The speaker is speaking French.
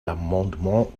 l’amendement